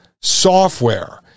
software